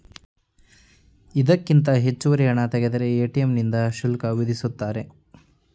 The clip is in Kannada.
ಇದಕ್ಕಿಂತ ಹೆಚ್ಚುವರಿ ಹಣ ತೆಗೆದರೆ ಎ.ಟಿ.ಎಂ ನಿಂದ ಶುಲ್ಕ ವಿಧಿಸುತ್ತಾರೆ